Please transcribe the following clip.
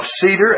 cedar